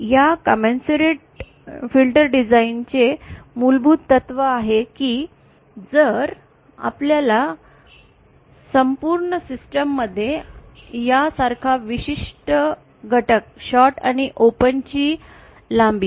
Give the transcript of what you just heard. या commensurate filter डिझाइनचे मूलभूत तत्व आहे की जर आपल्या संपूर्ण सिस्टम मध्ये या सारख्या विशिष्ट घटक शॉर्ट आणि ओपन ची लांबी